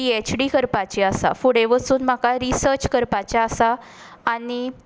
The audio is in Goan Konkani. पी एच डी करपाची आसा फुडें वचून म्हाका रिसर्च करपाचें आसा आनी